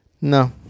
No